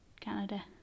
canada